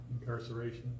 Incarceration